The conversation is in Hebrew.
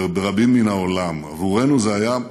וברבים מן העולם: עבורנו זה היה,